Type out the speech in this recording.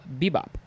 bebop